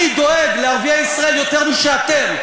אני דואג לערביי ישראל יותר משאתם,